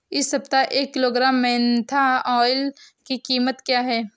इस सप्ताह एक किलोग्राम मेन्था ऑइल की कीमत क्या है?